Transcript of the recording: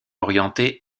orientée